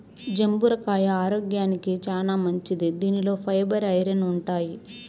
జంబూర కాయ ఆరోగ్యానికి చానా మంచిది దీనిలో ఫైబర్, ఐరన్ ఉంటాయి